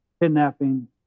kidnapping